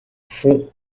font